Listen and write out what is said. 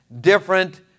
different